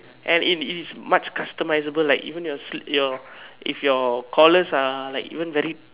and it it is much customizable like even your your if your collars are like even very